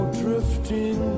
drifting